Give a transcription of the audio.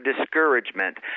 discouragement